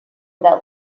that